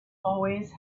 always